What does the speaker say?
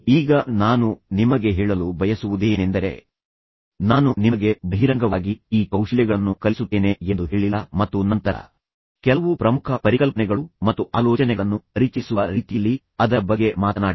ಈಗ ನಾನು ನಿಮಗೆ ಹೇಳಲು ಬಯಸುವುದೇನೆಂದರೆ ನಾನು ನಿಮಗೆ ಬಹಿರಂಗವಾಗಿ ನಾನು ನಿಮಗೆ ಈ ಕೌಶಲ್ಯಗಳನ್ನು ಕಲಿಸುತ್ತೇನೆ ಎಂದು ಹೇಳಿಲ್ಲ ಮತ್ತು ನಂತರ ಕೆಲವು ಪ್ರಮುಖ ಪರಿಕಲ್ಪನೆಗಳು ಮತ್ತು ಆಲೋಚನೆಗಳನ್ನು ಪರಿಚಯಿಸುವ ರೀತಿಯಲ್ಲಿ ಅದರ ಬಗ್ಗೆ ಮಾತನಾಡಿದೆ